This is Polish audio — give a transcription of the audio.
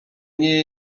nie